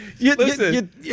Listen